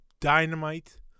Dynamite